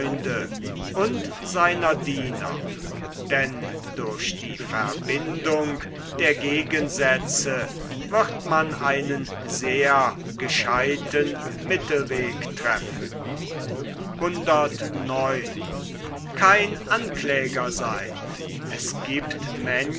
und diener denn durch die verbindung der gegensätze wird man einen sehr gescheuten mittelweg treffen es giebt